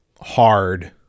hard